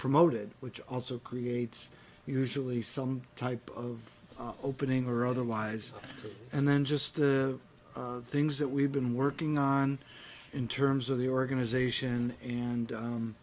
promoted which also creates usually some type of opening or otherwise and then just the things that we've been working on in terms of the organization and